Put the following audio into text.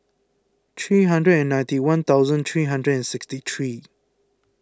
three hundred and ninety one thousand three hundred and sixty three